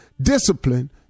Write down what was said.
Discipline